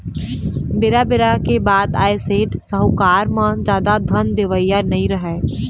बेरा बेरा के बात आय सेठ, साहूकार म जादा धन देवइया नइ राहय